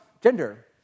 gender